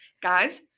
Guys